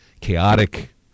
chaotic